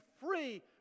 free